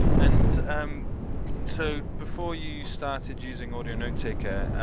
and um so before you started using audio notetaker,